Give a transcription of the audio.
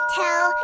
tell